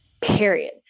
Period